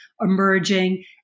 emerging